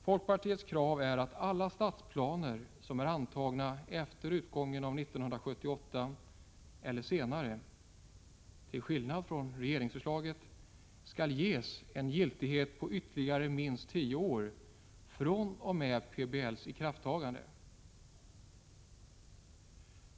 Folkpartiets krav är att alla stadsplaner som är antagna efter utgången av år 1978 eller senare skall, till skillnad från vad som föreslås i regeringens proposition, ges en giltighet på ytterligare minst tio år fr.o.m. PBL:s ikraftträdande.